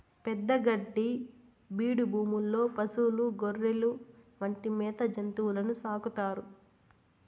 పెద్ద గడ్డి బీడు భూముల్లో పసులు, గొర్రెలు వంటి మేత జంతువులను సాకుతారు